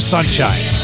Sunshine